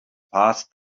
passed